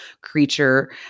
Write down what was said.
creature